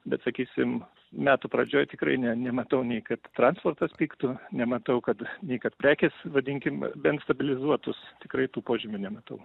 bet sakysim metų pradžioj tikrai ne nematau nei kad transportas pigtų nematau kad nei kad prekės vadinkim bent stabilizuotųs tikrai tų požymių nematau